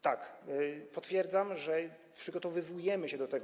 Tak, potwierdzam, że przygotowujemy się do tego.